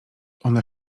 one